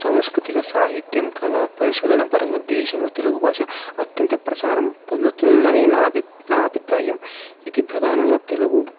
సంస్కృతిక సాహిత్యం కళ పరిశోధన పరంగా దేశంలో తెలుగు భాష అత్యంత ప్రసారం పొందుతుందని నా అభి నా అభిప్రాయం ఇది ప్రధానంగా తెలుగు